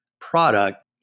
product